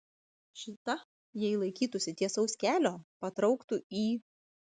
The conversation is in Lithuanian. šita jei laikytųsi tiesaus kelio patrauktų į